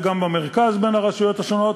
וגם במרכז בין הרשויות השונות,